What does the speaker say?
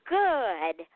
good